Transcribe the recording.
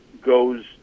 goes